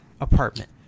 apartment